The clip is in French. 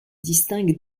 distingue